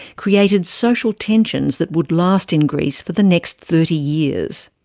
created social tensions that would last in greece for the next thirty years.